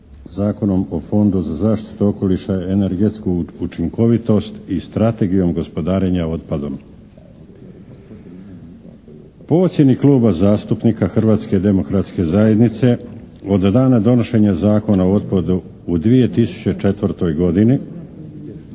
Zakonom o fondu za zaštitu okoliša, energetsku učinkovitost i strategijom gospodarenja otpadom. Po ocjeni Kluba zastupnika Hrvatske demokratske zajednice od dana donošenja Zakona o otpadu u 2004. godini